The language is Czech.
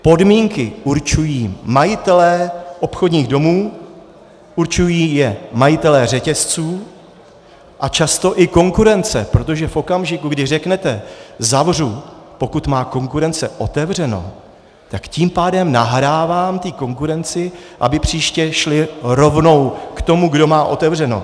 Podmínky určují majitelé obchodních domů, určují je majitelé řetězců a často i konkurence, protože v okamžiku, kdy řeknete zavřu, pokud má konkurence otevřeno, tak tím pádem nahrávám té konkurenci, aby příště lidé šli rovnou k tomu, kdo má otevřeno.